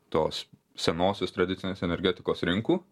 tos senosios tradicinės energetikos rinkų